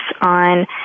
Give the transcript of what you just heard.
on